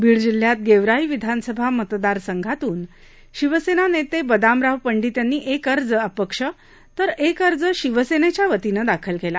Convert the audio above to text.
बीड जिल्ह्यात गेवराई विधानसभा मतदार संघातून शिवसेना नेते बदामराव पंडित यांनी एक अर्ज अपक्ष तर एक अर्ज शिवसेनेच्या वतीनं दाखल केला